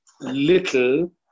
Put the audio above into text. little